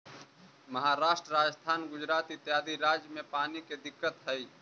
महाराष्ट्र, राजस्थान, गुजरात इत्यादि राज्य में पानी के दिक्कत हई